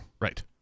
Right